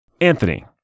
anthony